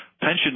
pension